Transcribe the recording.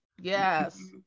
Yes